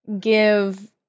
give